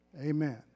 amen